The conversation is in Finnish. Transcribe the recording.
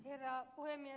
herra puhemies